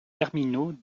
terminaux